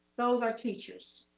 those are teachers.